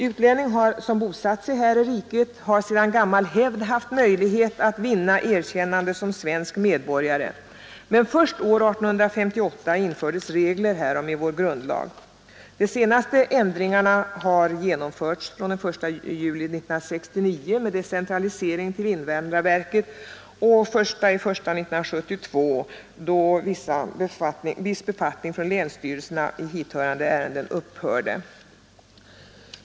Utlänning som bosatt sig här i riket har enligt gammal hävd haft möjlighet att vinna erkännande som svensk medborgare, men först år 1858 infördes regler härom i vår grundlag. De senaste ändringarna har genomförts från den 1juli 1969 med decentralisering till invandrarverket och den 1 januari 1972 då länsstyrelsernas befattning med vissa hithörande ärenden upphörde.